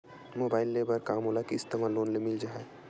Mobile ले बर का मोला किस्त मा लोन मिल जाही?